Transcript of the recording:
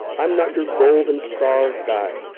i'm not your golden star guy.